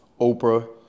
Oprah